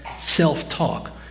self-talk